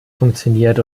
funktioniert